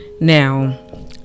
Now